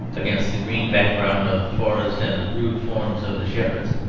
against the green background of the forest and the rude forms of the shepherds,